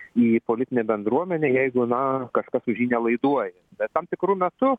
į politinę bendruomenę jeigu na kažkas už jį nelaiduoja bet tam tikru metu